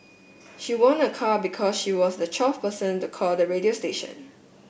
she won a car because she was the twelfth person to call the radio station